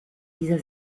dieser